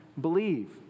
believe